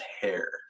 hair